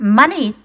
money